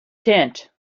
tent